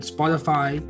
Spotify